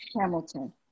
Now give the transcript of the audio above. Hamilton